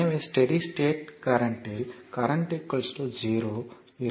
எனவே steady state கரண்ட்யில் 0 இருக்கும்